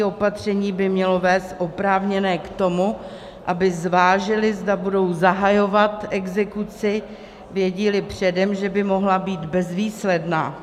Opatření by mělo vést oprávněné k tomu, aby zvážili, zda budou zahajovat exekuci, vědíli předem, že by mohla být bezvýsledná.